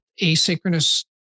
asynchronous